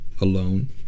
Alone